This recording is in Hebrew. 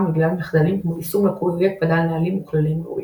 בגלל מחדלים כמו יישום לקוי או אי הקפדה על נהלים וכללים ראויים.